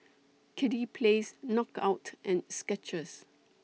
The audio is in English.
Kiddy Palace Knockout and Skechers